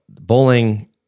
Bowling